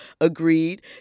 agreed